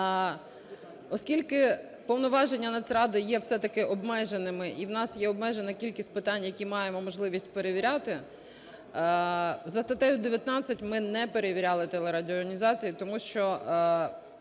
Оскільки повноваження Нацради є все-таки обмеженими і в нас є обмежена кількість питань, які маємо можливість перевіряти, за статтею 19 ми не перевіряли телерадіоорганізації. Тому що